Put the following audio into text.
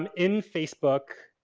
um in facebook,